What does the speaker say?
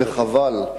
וחבל.